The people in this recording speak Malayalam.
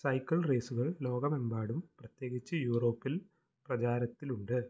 സൈക്കിൾ റേസുകൾ ലോകമെമ്പാടും പ്രത്യേകിച്ച് യൂറോപ്പിൽ പ്രചാരത്തിലുണ്ട്